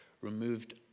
removed